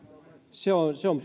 se on se on